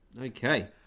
okay